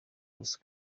hose